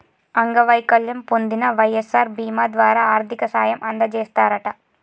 అంగవైకల్యం పొందిన వై.ఎస్.ఆర్ బీమా ద్వారా ఆర్థిక సాయం అందజేస్తారట